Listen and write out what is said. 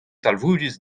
talvoudus